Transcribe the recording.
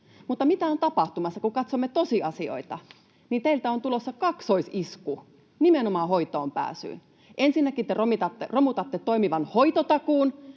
Mutta mitä on tapahtumassa? Kun katsomme tosiasioita, niin teiltä on tulossa kaksoisisku nimenomaan hoitoonpääsyyn. Ensinnäkin te romutatte toimivan hoitotakuun